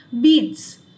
beads